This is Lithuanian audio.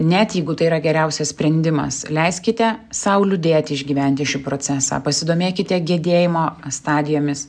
net jeigu tai yra geriausias sprendimas leiskite sau liūdėti išgyventi šį procesą pasidomėkite gedėjimo stadijomis